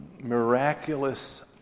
miraculous